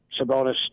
Sabonis